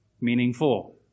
meaningful